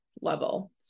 level